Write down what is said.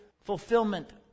fulfillment